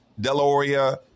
Deloria